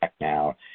now